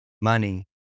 money